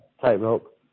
tightrope